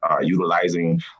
utilizing